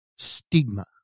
Stigma